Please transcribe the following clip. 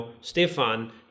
Stefan